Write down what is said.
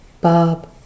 Bob